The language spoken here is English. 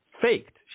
faked